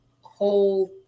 whole